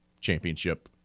championship